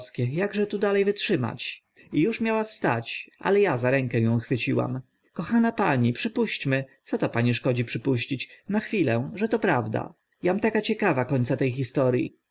jakże tu dale wytrzymać i uż miała wstać ale a za rękę ą chwyciłam kochana pani przypuśćmy co to pani szkodzi przypuścić na chwilę że to prawda jam taka ciekawa końca te historii